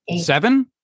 Seven